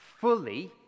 fully